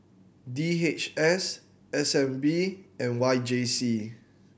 D H S S N B and Y J C